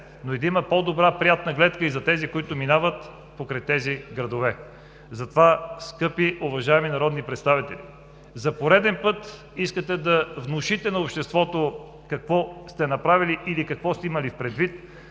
но и да има по-добра приятна гледка за тези, които минават покрай тези градове. Затова, скъпи уважаеми народни представители, за пореден път искате да внушите на обществото какво сте направили или какво сте имали предвид,